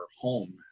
home